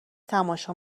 تماشا